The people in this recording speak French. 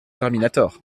terminator